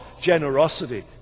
generosity